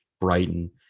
Brighton